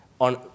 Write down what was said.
on